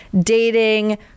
dating